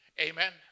Amen